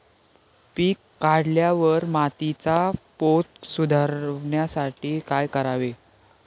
पीक काढल्यावर मातीचा पोत सुधारण्यासाठी काय करावे?